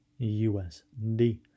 usd